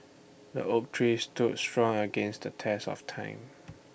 the oak tree stood strong against the test of time